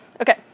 Okay